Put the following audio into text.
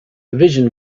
vision